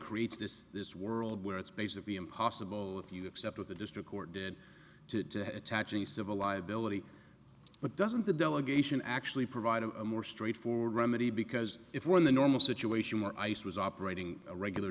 creates this this world where it's basically impossible if you accept what the district court did to attach the civil liability but doesn't the delegation actually provide a more straightforward remedy because if we're in the normal situation where ice was operating a regular